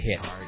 hit